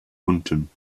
unten